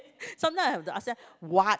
sometimes I have to ask them what